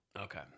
Okay